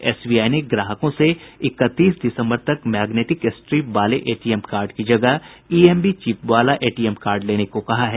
SBI ने ग्राहकों से इकतीस दिसम्बर तक मैग्नेटिक स्ट्रिप वाले एटीएम कार्ड की जगह ईएमवी चिप वाला एटीएम कार्ड लेने को कहा है